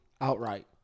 outright